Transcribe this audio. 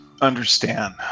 understand